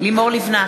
לימור לבנת,